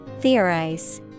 Theorize